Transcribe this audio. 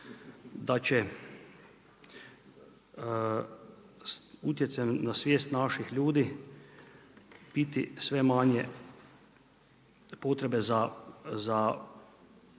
da će utjecajem na svijest naših ljudi biti sve manje potrebe za